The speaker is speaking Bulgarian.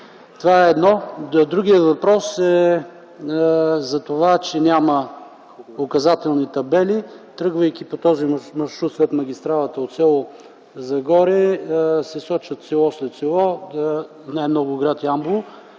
Това е едно. Другият въпрос е за това, че няма указателни табели. Тръгвайки по този маршрут, след магистралата от с. Загоре се сочат село след село, най-много – гр.